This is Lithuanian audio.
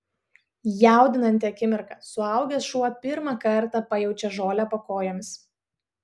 jaudinanti akimirka suaugęs šuo pirmą kartą pajaučia žolę po kojomis